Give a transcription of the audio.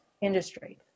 industry